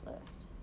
list